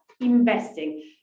investing